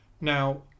Now